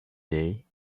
day